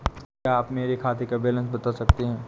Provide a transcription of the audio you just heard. क्या आप मेरे खाते का बैलेंस बता सकते हैं?